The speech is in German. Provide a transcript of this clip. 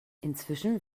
inzwischen